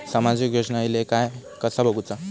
सामाजिक योजना इले काय कसा बघुचा?